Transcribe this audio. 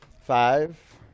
five